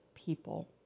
people